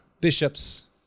bishops